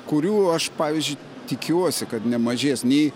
kurių aš pavyzdžiui tikiuosi kad nemažės nei